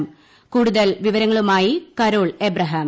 പ കൂടുതൽ വിവരങ്ങളുമായി കരോൾ എബ്ഹാം